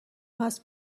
هست